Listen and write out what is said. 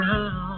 Now